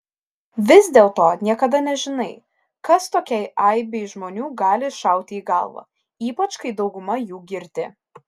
vis dėlto niekada nežinai kas tokiai aibei žmonių gali šauti į galvą ypač kai dauguma jų girti